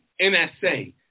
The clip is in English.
NSA